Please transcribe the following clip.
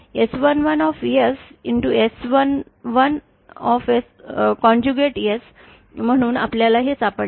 S11 S11 conjugate म्हणून आपल्याला हे सापडले